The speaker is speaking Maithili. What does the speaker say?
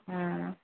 अऽ